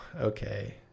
okay